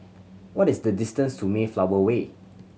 what is the distance to Mayflower Way